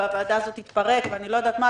הוועדה הזו תתפרק ואני לא יודעת מה,